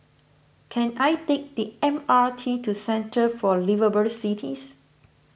can I take the M R T to Centre for Liveable Cities